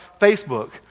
Facebook